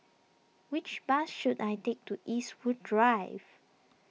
which bus should I take to Eastwood Drive